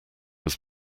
was